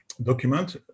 document